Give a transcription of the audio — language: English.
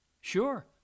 Sure